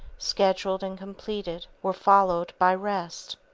scheduled and completed were followed by rest.